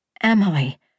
Emily